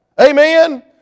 Amen